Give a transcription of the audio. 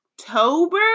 October